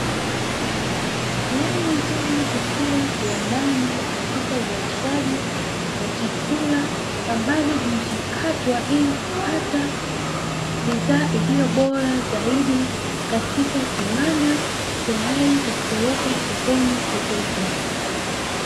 Nyanya nzuri zikiwa kiwandani katika uzalishaji wa chakula, ambazo zinachakatwa ili kupata bidhaa iliyo bora zaidi katika kiwanda, tayari kupelekwa sokoni kuuzwa.